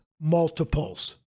multiples